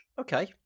okay